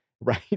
right